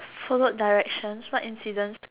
follow directions what incident